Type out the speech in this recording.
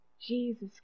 Jesus